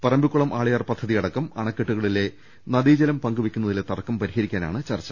പറമ്പിക്കുളം ആളിയാർ പദ്ധതിയടക്കം അണ ക്കെട്ടുകളിലെ നദീജലം പങ്കുവയ്ക്കുന്നതിലെ തർക്കം പരിഹരിക്കാനാണ് ചർച്ച